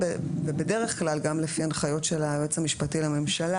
בדרך כלל גם לפי הנחיות של היועץ המשפטי לממשלה